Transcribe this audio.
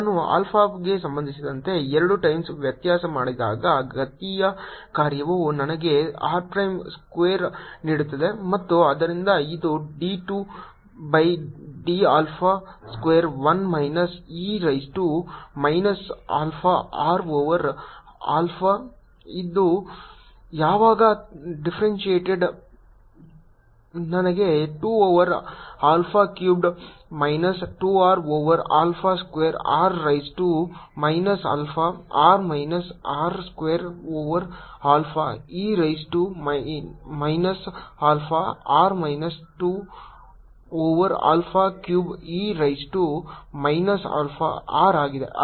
ನಾನು ಆಲ್ಫಾಗೆ ಸಂಬಂಧಿಸಿದಂತೆ ಎರಡು ಟೈಮ್ಸ್ ವ್ಯತ್ಯಾಸ ಮಾಡಿದಾಗ ಘಾತೀಯ ಕಾರ್ಯವು ನನಗೆ r ಪ್ರೈಮ್ ಸ್ಕ್ವೇರ್ ನೀಡುತ್ತದೆ ಮತ್ತು ಆದ್ದರಿಂದ ಇದು d 2 by d alpha square 1 minus e raise to minus alpha r over alpha ಅದು ಯಾವಾಗ ಡಿಫರೆನ್ಷಿಯೇಟೆಡ್ ನನಗೆ 2 over alpha cubed minus 2 r over alpha square r raise to minus alpha r minus r square over alpha e raise to minus alpha r minus 2 over alpha cube e raise to minus alpha r ಆಗಿದೆ